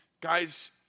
Guys